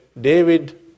David